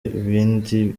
ibindi